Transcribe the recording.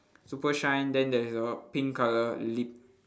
super shine then there is a pink colour lip